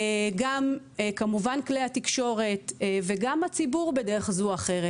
חייבים להבין גם כמובן כלי התקשורת וגם הציבור בדרך זו או אחרת.